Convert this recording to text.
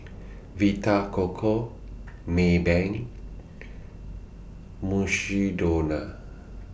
Vita Coco Maybank Mukshidonna